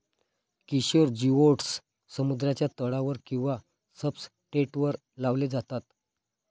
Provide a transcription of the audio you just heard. Kishore geodes समुद्राच्या तळावर किंवा सब्सट्रेटवर लावले जातात